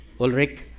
Ulrich